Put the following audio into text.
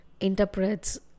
interprets